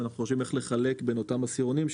ואנחנו חושבים איך לחלק בין אותם עשירונים,